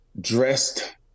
dressed